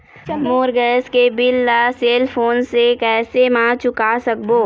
मोर gas के bill ला cell phone से कैसे म चुका सकबो?